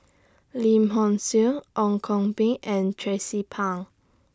Lim Hock Siew Ong Koh Bee and Tracie Pang